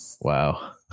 Wow